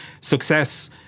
success